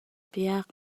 piak